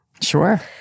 Sure